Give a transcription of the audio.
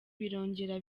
birongera